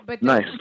nice